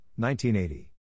1980